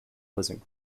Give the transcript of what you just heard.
pleasant